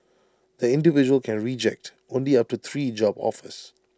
the individual can reject only up to three job offers